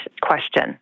question